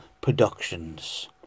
productions